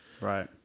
Right